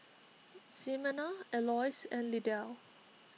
Ximena Elois and Lydell